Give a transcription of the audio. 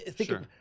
Sure